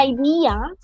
idea